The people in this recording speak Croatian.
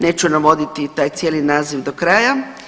Neću navoditi taj cijeli naziv do kraja.